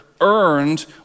earned